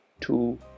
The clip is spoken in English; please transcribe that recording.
two